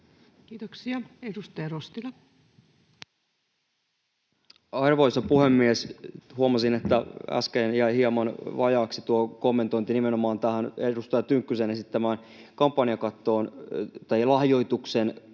Kiitoksia. — Edustaja Rostila. Arvoisa puhemies! Huomasin, että äsken jäi hieman vajaaksi tuo kommentointi nimenomaan tähän edustaja Tynkkysen esittämään lahjoituksen